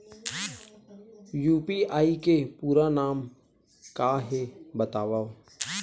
UPI के पूरा नाम का हे बतावव?